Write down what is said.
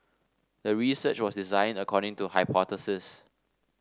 the research was designed according to hypothesis